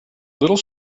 little